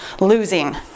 losing